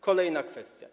Kolejna kwestia.